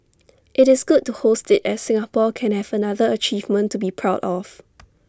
IT is good to host IT as Singapore can have another achievement to be proud of